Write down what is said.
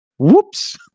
Whoops